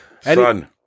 son